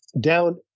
down